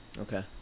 Okay